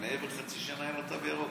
מעבר לחצי שנה אין לו תו ירוק.